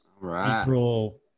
april